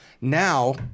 Now